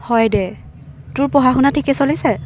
হয় দে তোৰ পঢ়া শুনা ঠিকে চলিছে